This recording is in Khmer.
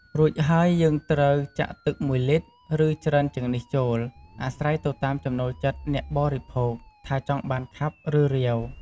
រួចហើយ យើងត្រូវចាក់ទឹក១លីត្រ ឬច្រើនជាងនេះចូល អាស្រ័យទៅតាមចំណូលចិត្តអ្នកបរិភោគ ថាចង់បានខាប់ ឬ រាវ។